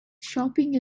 shopping